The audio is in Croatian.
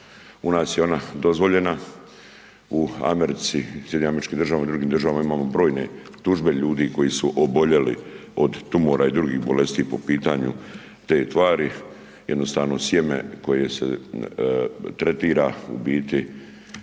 U nas je ona dozvoljena u Americi u SAD-u i u drugim državama imamo brojne tužbe ljudi koji su oboljeli od tumora i drugih bolesti po pitanju te tvari, jednostavno sjeme koje se tretira u biti